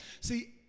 See